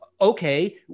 okay